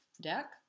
deck